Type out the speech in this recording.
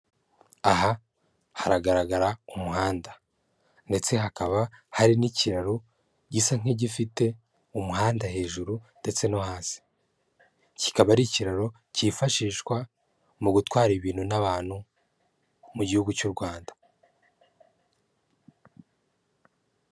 Aha haragaragara umuhanda ndetse hakaba hari n'ikiraro gisa nk'igifite umuhanda hejuru ndetse no hasi, kikaba ari ikiraro cyifashishwa mu gutwara ibintu n'abantu mu gihugu cy'u Rwanda.